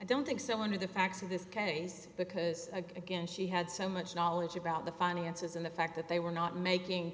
i don't think so under the facts of this case because again she had so much knowledge about the finances and the fact that they were not making